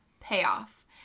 payoff